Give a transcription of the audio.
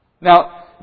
now